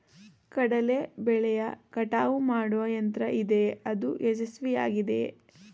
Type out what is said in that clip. ಕಡಲೆ ಬೆಳೆಯ ಕಟಾವು ಮಾಡುವ ಯಂತ್ರ ಇದೆಯೇ? ಅದು ಯಶಸ್ವಿಯಾಗಿದೆಯೇ?